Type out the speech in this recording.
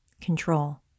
Control